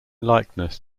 likeness